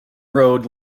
road